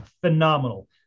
phenomenal